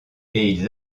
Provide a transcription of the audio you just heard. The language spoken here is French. ils